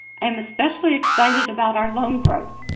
and especially excited about our loan growth.